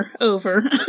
over